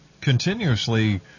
continuously